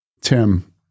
Tim